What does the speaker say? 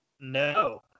no